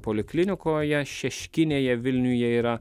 poliklinikoje šeškinėje vilniuje yra